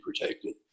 protected